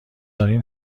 دارین